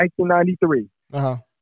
1993